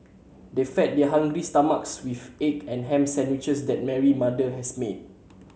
they fed their hungry stomachs with egg and ham sandwiches that Mary mother has made